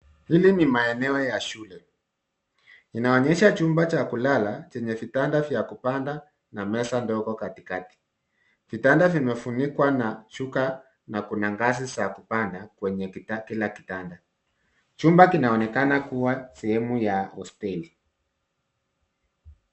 Hili ni maeneo ya shule. Linaonyesha chumba cha kulala chenye vitanda vya kupanda na meza ndogo katikati. Vitanda vimefunikwa na shuka na kuna ngazi za kupanda kwenye kila kitanda. Chumba kinaonekana kuwa sehemu ya hosteli.